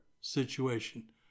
situation